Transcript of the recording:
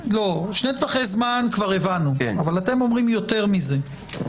שני טווח זמן כבר הבנו אבל אתם אומרים יותר מזה.